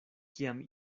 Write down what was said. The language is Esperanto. kiam